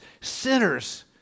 Sinners